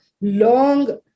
long